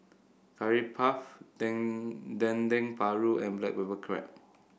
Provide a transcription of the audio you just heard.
Curry Puff Dendeng Paru and Black Pepper Crab